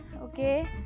Okay